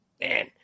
Man